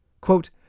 Quote